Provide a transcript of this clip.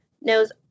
knows